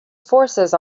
forces